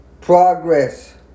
Progress